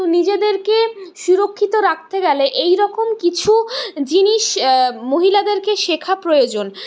তো নিজেদেরকে সুরক্ষিত রাখতে গেলে এইরকম কিছু জিনিস মহিলাদেরকে শেখা প্রয়োজন